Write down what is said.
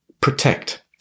protect